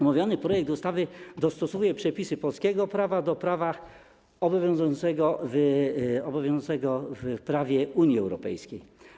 Omówiony projekt ustawy dostosowuje przepisy polskiego prawa do prawa obowiązującego w Unii Europejskiej.